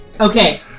Okay